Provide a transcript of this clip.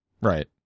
Right